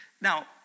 Now